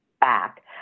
back